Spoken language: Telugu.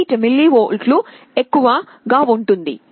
8 మిల్లీవోల్ట్లు ఎక్కువగా ఉంటుంది